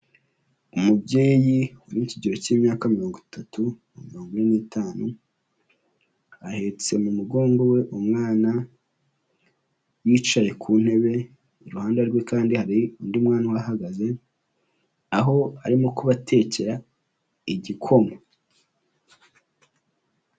Umubyeyi uri mu kigero cy'imyaka mirongo itatu na mirongo ine n'itanu, ahetse mu mugongo we umwana, yicaye ku ntebe, iruhande rwe kandi hari undi mwana uhagaze, aho arimo kubatekera igikoma.